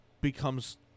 becomes